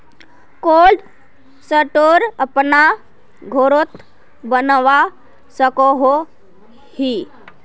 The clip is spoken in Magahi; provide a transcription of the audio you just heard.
कोल्ड स्टोर अपना घोरोत बनवा सकोहो ही?